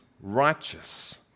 righteous